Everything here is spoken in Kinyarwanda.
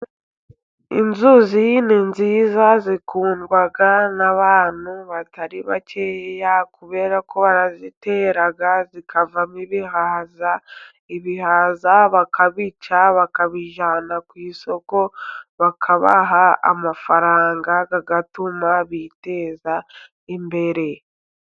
Inzuzi ni nziza zikundwa n'abantu batari bakeya, kubera ko barazitera zivamo ibihaza, ibihaza bakabica bakabijyana ku isoko, bakabaha amafaranga atuma biteza imbere.